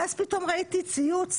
ואז פתאום ראיתי ציוץ